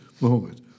moment